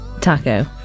taco